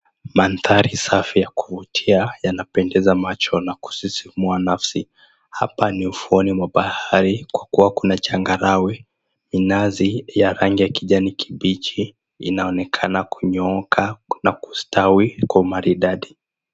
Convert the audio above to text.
Mandhari safi ya kuvutia yanapendeza macho na kusiaimua nafsi, hapa ni ufuoni mwa bahari kwa kuwa kuna changarawe, minazi ya rangi ya kijani kibichi inaonekana kunyooka na kustawi kwa umaridadi.